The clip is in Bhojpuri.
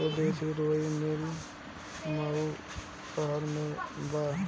स्वदेशी रुई मिल मऊ शहर में बा